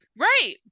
Right